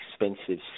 expensive